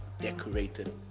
decorated